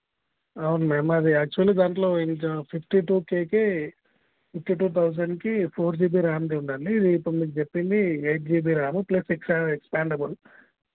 అవును మ్యామ్ అది యాక్చువలి దాంట్లో ఫిఫ్టీ టూ కేకే ఫిఫ్టీ టూ తౌజెండ్కి ఫోర్ జీబీ ర్యామ్ది ఉందండి ఇప్పుడు మీరు చెప్పింది eight GB RAM plus X expandable